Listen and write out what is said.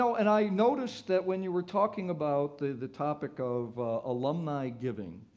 so and i noticed that when you were talking about the the topic of alumni giving,